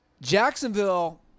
Jacksonville